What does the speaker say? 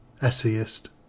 essayist